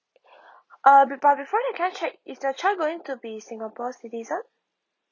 uh be~ but before that can I check is the child going to be singapore citizen